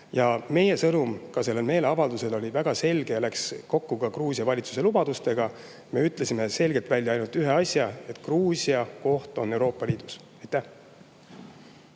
Meie sõnum sellel meeleavaldusel oli väga selge ja läks kokku ka Gruusia valitsuse lubadustega. Me ütlesime selgelt välja ainult ühe asja: Gruusia koht on Euroopa Liidus. Suur